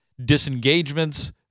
disengagements